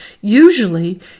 Usually